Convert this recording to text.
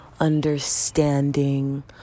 understanding